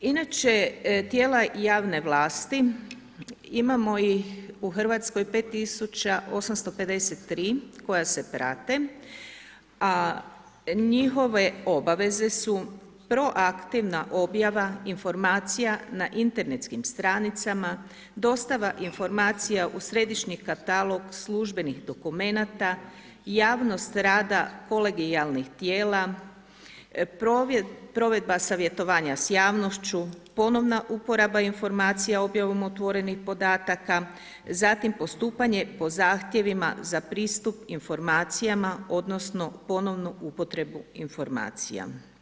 Inače tijela javne vlasti, imamo ih u Hrvatskoj 5,853 koja se prate, a njihove obaveze su proaktivna objava informacija na internetskim stranicama, dostava informacija i središnji katalog službenih dokumenta, javnost rada kolegijalnih tijela, provedba savjetovanja s javnošću, ponovna uporaba informacija objavom otvorenih podataka, zatim postupanje po zahtjevima za pristup informacijama odnosno ponovnu upotrebu informacija.